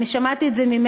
אני שמעתי את זה ממנו,